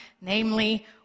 Namely